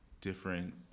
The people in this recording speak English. different